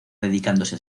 dedicándose